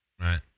Right